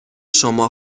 شما